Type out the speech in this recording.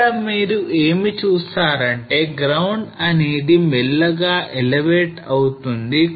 ఇక్కడ మీరు ఏం చూస్తారు అంటే ground అనేది మెల్లగా elevate అవుతుంది